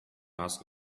ask